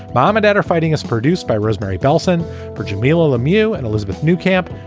mom and dad are fighting us. produced by rosemarie bellson for jamilah lemieux and elizabeth new camp.